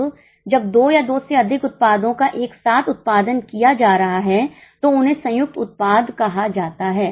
अब जब दो या दो से अधिक उत्पादों का एक साथ उत्पादन किया जा रहा है तो उन्हें संयुक्त उत्पाद कहा जाता है